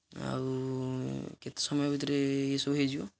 ଆଉ କେତେ ସମୟ ଭିତରେ ଏଇସବୁ ହୋଇଯିବ